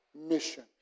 mission